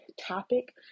topic